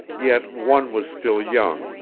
yet one was still young,